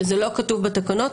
שזה לא כתוב בתקנות,